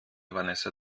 vanessa